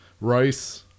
rice